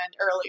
earlier